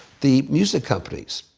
the music companies,